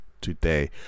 today